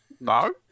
No